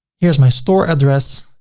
here's my store address.